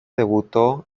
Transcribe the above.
debutó